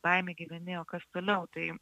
paimi gyveni o kas toliau tai